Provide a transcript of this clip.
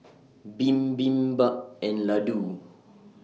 Bibimbap and Ladoo